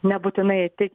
nebūtinai tai